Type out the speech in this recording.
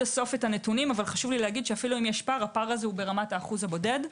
הסוף את הנתונים אבל אפילו אם יש פער הוא ברמת האחוז הבודד.